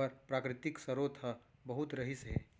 बर प्राकृतिक सरोत ह बहुत रहिस हे